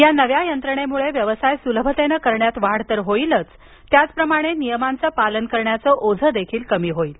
या नव्या यंत्रणेमुळे व्यवसाय सुलभतेनं करण्यात वाढ तर होईलच त्याचप्रमाणं नियमांचं पालन करण्याचं ओझं देखील कमी होईल